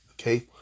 okay